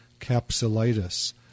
capsulitis